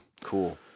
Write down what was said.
cool